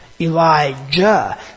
Elijah